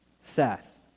Seth